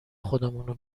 خودمونه